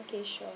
okay sure